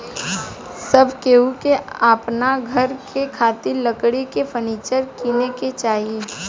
सब केहू के अपना घर में खातिर लकड़ी के फर्नीचर किने के चाही